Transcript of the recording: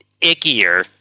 ickier